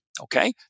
Okay